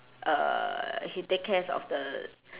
uh he take cares of the